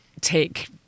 take